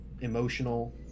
emotional